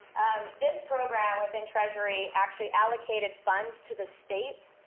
this program within treasury actually allocated funds to the states,